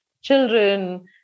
children